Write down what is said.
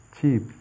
cheap